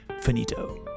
Finito